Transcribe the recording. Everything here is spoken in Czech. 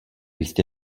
jistě